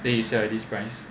then you sell at this price